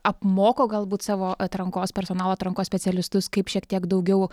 apmoko galbūt savo atrankos personalo atrankos specialistus kaip šiek tiek daugiau